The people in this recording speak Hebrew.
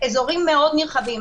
אזורים מאוד נרחבים.